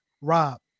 Rob